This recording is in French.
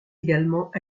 également